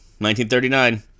1939